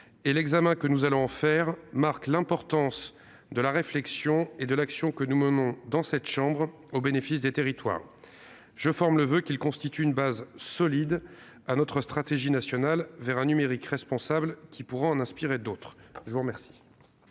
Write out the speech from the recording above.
et l'examen que nous allons en faire marquent l'importance de la réflexion et de l'action que nous menons dans cette chambre, au bénéfice des territoires. Je forme le voeu qu'elle constitue une base solide à notre stratégie nationale vers un numérique responsable qui pourra en inspirer d'autres. La parole